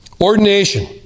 Ordination